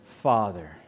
Father